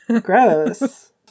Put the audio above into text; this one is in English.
Gross